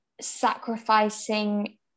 sacrificing